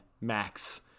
max